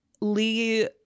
lee